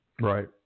Right